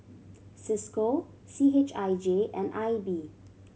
Cisco C H I J and I B